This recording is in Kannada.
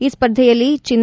ಈ ಸ್ಪರ್ಧೆಯಲ್ಲಿ ಚಿನ್ನ